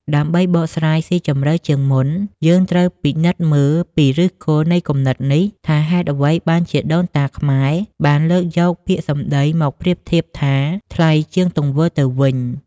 ដើម្បីបកស្រាយស៊ីជម្រៅជាងមុន យើងត្រូវតែពិនិត្យមើលពីឫសគល់នៃគំនិតនេះ ថាហេតុអ្វីបានជាដូនតាខ្មែរបានលើកយកពាក្យសម្ដីមកប្រៀបធៀបថា "ថ្លៃ" ជាងទង្វើទៅវិញ។